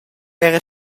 era